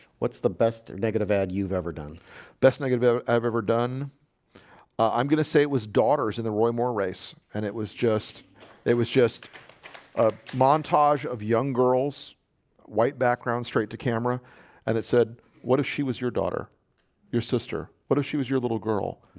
what's the best negative ad you've ever done best negative i've ever done i'm gonna say it was daughters in the roy moore race, and it was just it was just a montage of young girls white background straight to camera and it said what if she was your daughter your sister? what if she was your little girl?